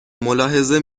ملاحظه